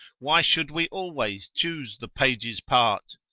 why should we always choose the page's part?